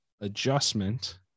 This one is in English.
adjustment